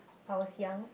I was young